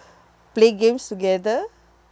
play games together